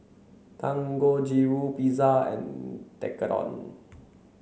Dangojiru Pizza and Tekkadon